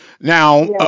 Now